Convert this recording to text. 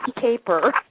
paper